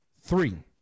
Three